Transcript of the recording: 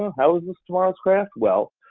how is this tomorrow's craft? well,